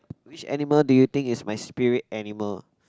which animal do you think is my spirit animal